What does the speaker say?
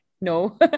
no